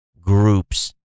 groups